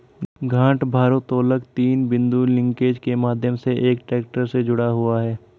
गांठ भारोत्तोलक तीन बिंदु लिंकेज के माध्यम से एक ट्रैक्टर से जुड़ा हुआ है